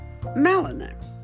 melanin